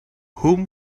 whom